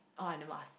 oh I never ask